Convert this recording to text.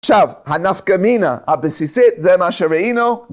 עכשיו, הנפקא מינה הבסיסית זה מה שראינו